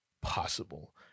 possible